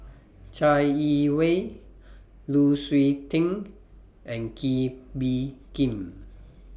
Chai Yee Wei Lu Suitin and Kee Bee Khim